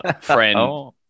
friend